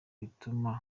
bituma